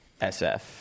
SF